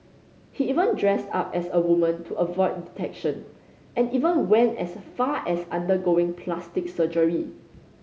he even dressed up as a woman to avoid detection and even went as far as undergoing plastic surgery